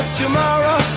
tomorrow